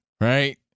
right